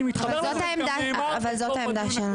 ואני מתחבר --- אבל זאת העמדה,